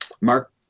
Mark